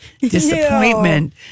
disappointment